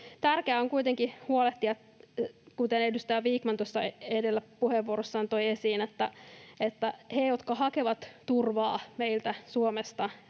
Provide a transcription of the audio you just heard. kuitenkin huolehtia, kuten edustaja Vikman tuossa edellä puheenvuorossaan toi esiin, että heistä, jotka hakevat turvaa meiltä Suomesta,